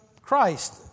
Christ